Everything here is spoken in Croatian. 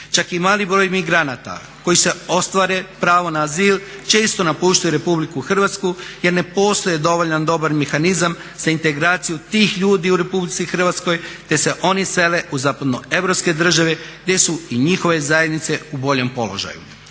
Čak i mali broj emigranata koji ostvare pravo na azil često napuštaju Republiku Hrvatsku jer ne postoji dovoljno dobar mehanizam za integraciju tih ljudi u Republici Hrvatskoj te se oni sele u zapadnoeuropske države gdje su i njihove zajednice u boljem položaju.